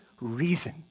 reason